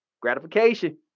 gratification